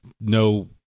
no